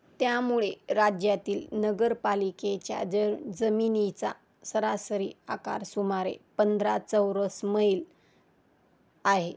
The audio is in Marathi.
त्यामुळे राज्यातील नगरपालिकेच्या ज जमिनीचा सरासरी आकार सुमारे पंधरा चौरस मैल आहे